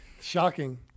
Shocking